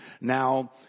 now